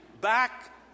back